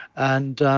and